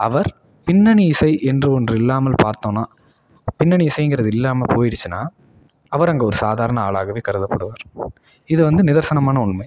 அவர் பின்னணி இசை என்று ஒன்று இல்லாமல் பார்த்தோனால் பின்னணி இசைங்கிறது இல்லாமல் போயிடுச்சுன்னா அவர் அங்கே ஒரு சாதாரண ஆளாகவே கருதப்படுவார் இது வந்து நிதர்சனமான உண்மை